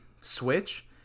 switch